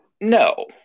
no